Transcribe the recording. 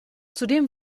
zudem